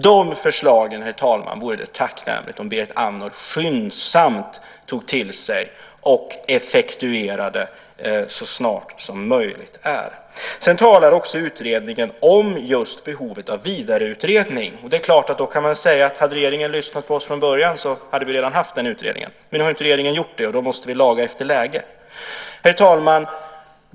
De förslagen, herr talman, vore det tacknämligt om Berit Andnor skyndsamt tog till sig och effektuerade så snart som möjligt. Utredningen talar också om behovet av vidareutredning. Om regeringen hade lyssnat på oss från början hade vi redan haft den utredningen. Men nu har inte regeringen gjort det, och då måste vi laga efter läge. Herr talman!